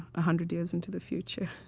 ah hundred years into the future?